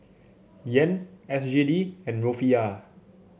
Yen S G D and Rufiyaa